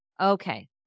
okay